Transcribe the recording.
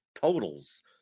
totals